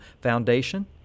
Foundation